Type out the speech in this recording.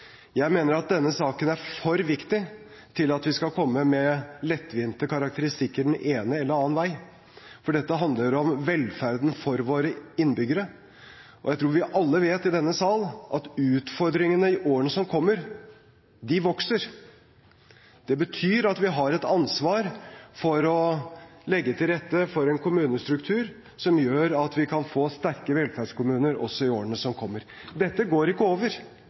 Jeg mener at denne saken er for viktig til at vi skal komme med lettvinte karakteristikker den ene eller annen vei, for dette handler om velferden for våre innbyggere. Jeg tror vi alle i denne sal vet at utfordringene i årene som kommer, vokser. Det betyr at vi har et ansvar for å legge til rette for en kommunestruktur som gjør at vi kan få sterke velferdskommuner også i årene som kommer. Dette går ikke over.